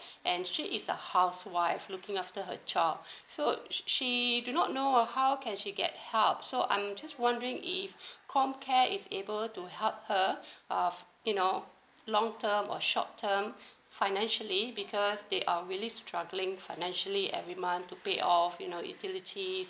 and she is a housewife looking after a child so she she do not know uh how can she get help so I'm just wondering if comcare is able to help her uh you know long term or short term financially because they are really struggling financially every month to pay off you know utilities